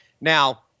Now